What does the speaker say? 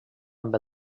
amb